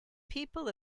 people